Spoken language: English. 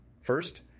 First